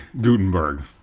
Gutenberg